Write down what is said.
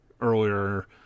earlier